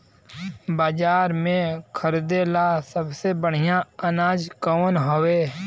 बाजार में खरदे ला सबसे बढ़ियां अनाज कवन हवे?